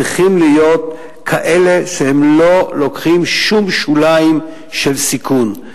צריכות להיות כאלה שלא לוקחים שום שוליים של סיכון.